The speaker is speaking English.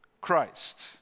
Christ